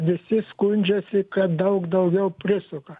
visi skundžiasi kad daug daugiau prisuka